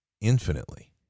infinitely